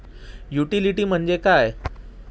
Utility म्हणजे काय?